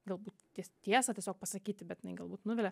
galbūt ties tiesą tiesiog pasakyti bet jinai galbūt nuvilia